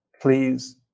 please